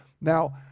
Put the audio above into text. Now